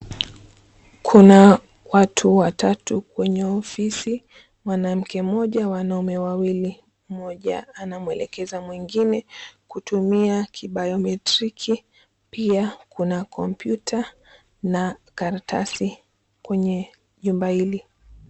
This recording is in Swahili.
Kuna watu watatu kwenye ofisi. Mwanamke mmoja, wanaume wawili. Mmoja anamwelekeza mwingine kutumia kibiometriki. Pia kuna kompyuta na karatasi kwenye jumba hili.